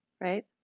right